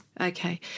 Okay